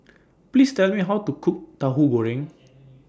Please Tell Me How to Cook Tauhu Goreng